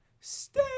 Stay